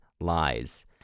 lies